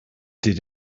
did